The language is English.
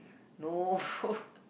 no